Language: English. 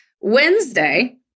Wednesday